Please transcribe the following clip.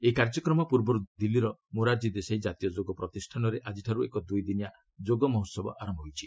ଏହି କାର୍ଯ୍ୟକ୍ରମ ପୂର୍ବରୁ ଦିଲ୍ଲୀର ମୋରାରଜୀ ଦେଶାଇ ଜାତୀୟ ଯୋଗ ପ୍ରତିଷ୍ଠାନରେ ଆଜିଠାରୁ ଏକ ଦୁଇଦିନିଆ ଯୋଗ ମହୋହବ ଆରମ୍ଭ ହୋଇଛି